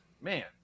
Man